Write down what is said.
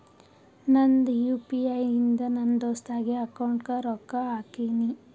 ನಂದ್ U P I ಇಂದ ನನ್ ದೋಸ್ತಾಗ್ ಅಕೌಂಟ್ಗ ರೊಕ್ಕಾ ಹಾಕಿನ್